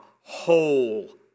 whole